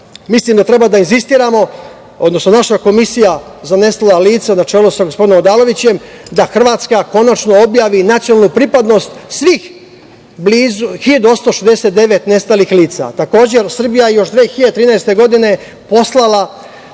Hrvati. Mislim da treba da insistiramo, odnosno naša Komisija za nestala lica na čelu sa gospodinom Odalovićem, da Hrvatska konačno objavi nacionalnu pripadnost svih 1.869 nestalih lica. Takođe, Srbija je još 2013. godine poslala